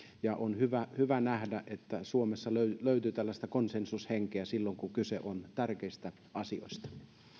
ja on hyvä hyvä nähdä että suomessa löytyy löytyy tällaista konsensushenkeä silloin kun kyse on tärkeistä asioista